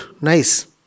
nice